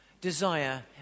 desire